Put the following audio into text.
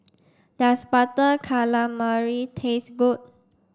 does butter calamari taste good